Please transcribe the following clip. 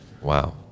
Wow